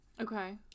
Okay